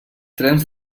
trens